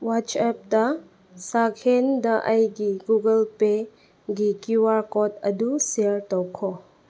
ꯋꯥꯆꯦꯞꯇ ꯁꯛꯍꯦꯟꯗ ꯑꯩꯒꯤ ꯒꯨꯒꯜ ꯄꯦꯒꯤ ꯀ꯭ꯌꯨ ꯑꯥꯔ ꯀꯣꯠ ꯑꯗꯨ ꯁꯤꯌꯥꯔ ꯇꯧꯈꯣ